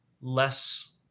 less